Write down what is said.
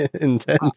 intense